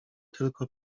tylko